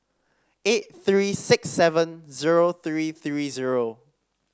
eight three six seven zero three three zero